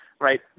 right